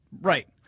Right